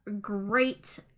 great